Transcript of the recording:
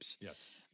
Yes